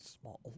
small